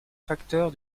facteur